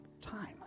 time